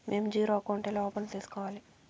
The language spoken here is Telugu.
మేము జీరో అకౌంట్ ఎలా ఓపెన్ సేసుకోవాలి